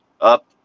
up